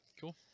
Cool